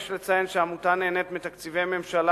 יש לציין שהעמותה נהנית מתקציבי ממשלה